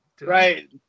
Right